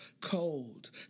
Cold